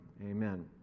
amen